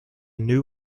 new